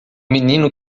menino